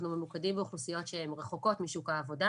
ממוקדים באוכלוסיות שהן רחוקות משוק העבודה